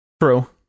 true